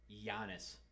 Giannis